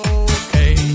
okay